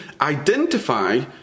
identify